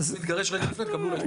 אז אם מתגרשים רגע לפני, אולי יצליחו.